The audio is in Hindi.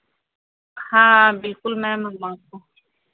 हाँ बिल्कुल मैम